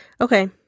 Okay